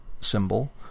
symbol